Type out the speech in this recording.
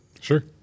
Sure